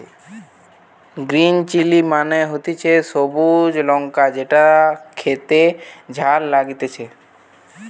green chilli মানে হতিছে সবুজ লঙ্কা যেটো খেতে ঝাল লাগতিছে